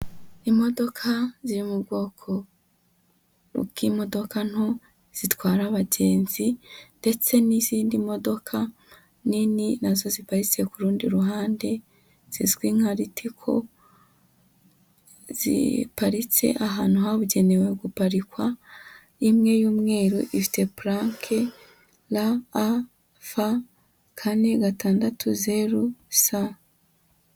Imodoka ziri mu bwoko bw'imodoka nto zitwara abagenzi ndetse n'izindi modoka nini na zo zipatse ku rundi ruhande zizwi nka ritico ziparitse ahantu habugenewe guparikwa imwe y'umweru ifite purake ra a fa kane gatandatu zeru sa.